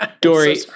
Dory